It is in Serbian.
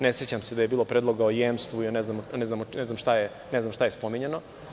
Ne sećam se da je bilo predloga o jemstvu i ne znam šta je spominjano.